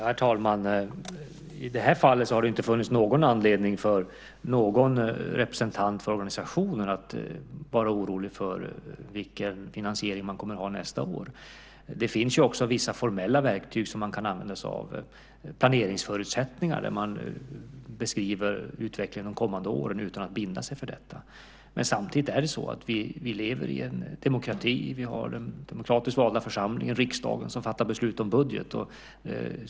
Herr talman! I det här fallet har det ju inte funnits någon anledning för någon representant för organisationen att vara orolig för vilken finansiering man kommer att ha nästa år. Det finns ju också vissa formella verktyg som man kan använda sig av, planeringsförutsättningar där man beskriver utvecklingen de kommande åren utan att binda sig för detta. Samtidigt är det så att vi lever i en demokrati. Vi har den demokratiskt valda församlingen, riksdagen, som fattar beslut om budget.